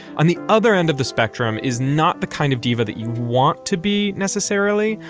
on the other end of the spectrum is not the kind of diva that you want to be necessarily,